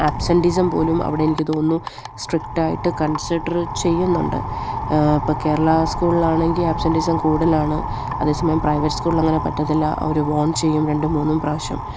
absenteeism പോലും അവിടെ എനിക്ക് തോന്നുന്നു സ്ട്രിക്റ്റായിട്ട് കൺസിഡർ ചെയ്യുന്നുണ്ട് ഇപ്പോള് കേരള സ്കൂളിലാണെങ്കില് ആബ്സെൻറ്റീസം കൂടുതലാണ് അതേസമയം പ്രൈവറ്റ് സ്കൂളില് അങ്ങനെ പറ്റില്ല അവര് വോൺ ചെയ്യും രണ്ടും മൂന്നും പ്രാവശ്യം